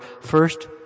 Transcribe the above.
first